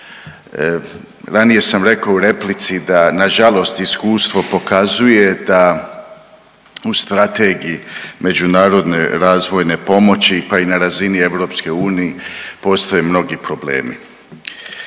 Ranije sam rekao u replici da nažalost, iskustvo pokazuje da u strategiji međunarodne razvojne pomoći, pa i na razini EU postoje mnogi problemi.